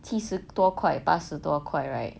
七十多块八十多块 right